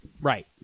Right